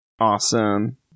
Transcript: Awesome